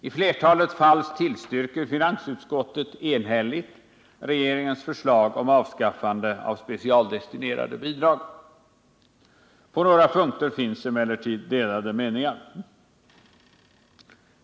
I flertalet fall tillstyrker finansutskottet enhälligt regeringens förslag till avskaffande av specialdestinerade bidrag. På några punkter finns det emellertid delade meningar.